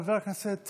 חבר הכנסת